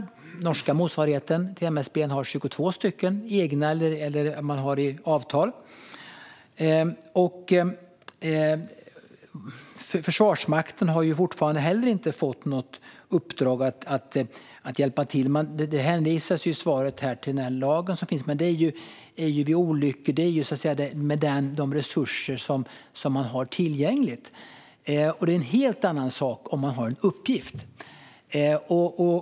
Den norska motsvarigheten till MSB har tillgång till 22 helikoptrar, antingen egna eller genom avtal. Försvarsmakten har inte heller fått något uppdrag att hjälpa till. Det hänvisades i svaret till den lag som finns, men det gäller ju vid olyckor och handlar om resurser som finns tillgängliga. Det är en helt annan sak om man har en uppgift.